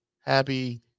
Happy